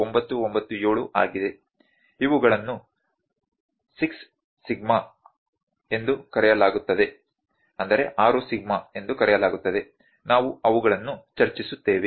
997 ಆಗಿದೆ ಇವುಗಳನ್ನು 6 ಸಿಗ್ಮಾ ಎಂದು ಕರೆಯಲಾಗುತ್ತದೆ ನಾವು ಅವುಗಳನ್ನು ಚರ್ಚಿಸುತ್ತೇವೆ